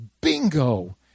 Bingo